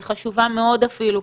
היא חשובה מאוד אפילו,